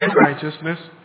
righteousness